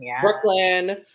Brooklyn